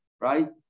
right